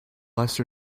lesser